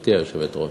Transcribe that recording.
גברתי היושבת-ראש,